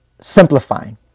simplifying